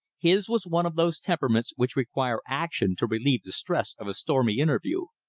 his was one of those temperaments which require action to relieve the stress of a stormy interview.